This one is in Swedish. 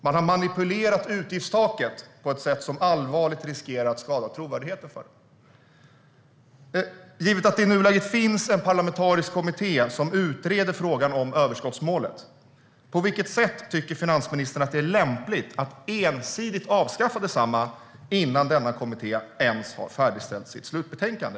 Man har manipulerat utgiftstaket på ett sätt som riskerar att allvarligt skada trovärdigheten för det. Det finns i nuläget en parlamentarisk kommitté som utreder frågan om överskottsmålet. På vilket sätt tycker finansministern att det är lämpligt att ensidigt avskaffa detta mål innan kommittén ens har färdigställt sitt slutbetänkande?